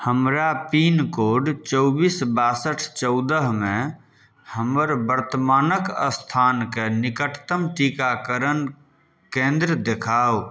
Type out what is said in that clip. हमरा pin code चौबीस बासठ चौदहमे हमर वर्तमानक स्थान कऽ निकटतम टीकाकरण केन्द्र देखाउ